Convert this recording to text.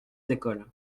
d’école